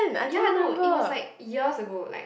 ya no it was like years ago like